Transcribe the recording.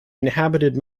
inhabited